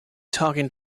talking